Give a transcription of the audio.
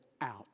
out